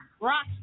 Rock